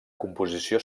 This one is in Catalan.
composició